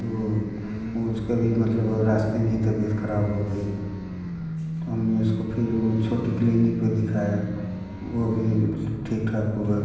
तो उसका भी मतलब रास्ते में ही तबियत खराब हो गई तो हमने उसको फिर छोटी क्लिनिक पे दिखाया वो भी मतलब ठीक ठाक हुआ